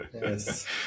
Yes